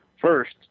first